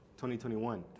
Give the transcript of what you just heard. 2021